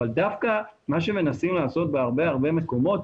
אבל דווקא מה שמנסים לעשות בהרבה מקומות,